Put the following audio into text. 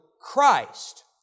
Christ